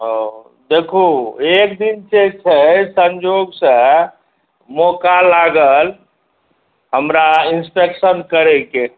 ओ देखु एक दिन जे छै सन्योगसँ मौका लागल हमरा इन्स्पेक्शन करैके